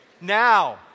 Now